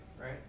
right